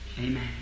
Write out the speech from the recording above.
Amen